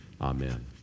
Amen